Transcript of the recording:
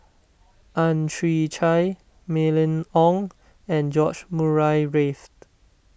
Ang Chwee Chai Mylene Ong and George Murray Reith